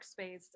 workspace